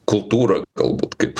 kultūrą galbūt kaip